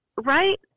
Right